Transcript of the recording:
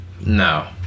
No